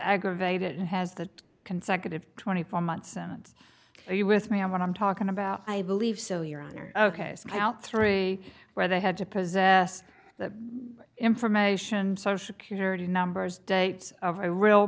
aggravated and has the consecutive twenty four months and you with me on what i'm talking about i believe still your honor ok scout three where they had to possess the information social security numbers date of a real